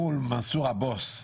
מול מנסור הבוס,